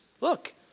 Look